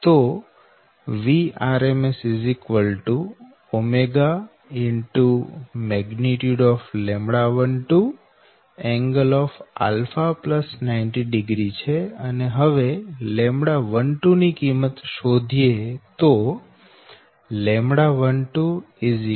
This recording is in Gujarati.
તો Vrms 𝜔 λ12ㄥ90º છે અને હવે λ12 ની કિંમત શોધીએ તો λ12 0